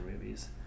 Movies